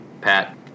Pat